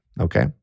Okay